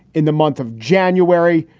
in the month of january,